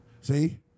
See